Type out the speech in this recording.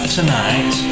tonight